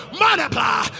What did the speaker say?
multiply